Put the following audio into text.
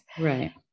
Right